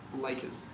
Lakers